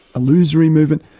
illusory movement,